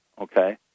okay